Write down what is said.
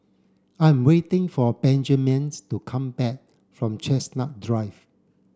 I'm waiting for Benjaman's to come back from Chestnut Drive